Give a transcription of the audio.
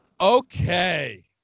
Okay